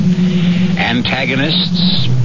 Antagonists